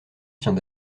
tient